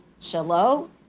Shalom